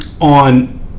on